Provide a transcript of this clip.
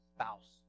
spouse